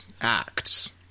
acts